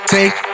Take